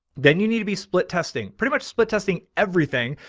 then you need to be split testing, pretty much split testing everything,